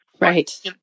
Right